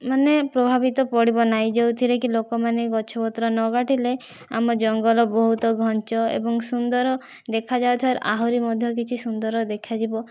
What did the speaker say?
ମାନେ ପ୍ରଭାବିତ ପଡ଼ିବ ନାହିଁ ଯୋଉଁଥିରେକି ଲୋକମାନେ ଗଛପତ୍ର ନକାଟିଲେ ଆମ ଜଙ୍ଗଲ ବହୁତ ଘଞ୍ଚ ଏବଂ ସୁନ୍ଦର ଦେଖା ଯାଉଥିବାର ଆହୁରି ମଧ୍ୟ କିଛି ସୁନ୍ଦର ଦେଖାଯିବ